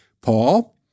Paul